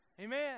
Amen